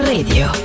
Radio